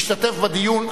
ישתתף בדיון,